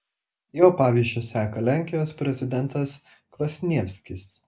jo pavyzdžiu seka lenkijos prezidentas kvasnievskis